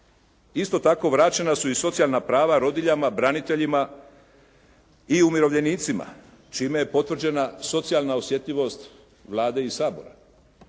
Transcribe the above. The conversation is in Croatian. Isto tako vraćena su i socijalna prava rodiljama, braniteljima i umirovljenicima čime je potvrđena socijalna osjetljivost Vlade i Sabora.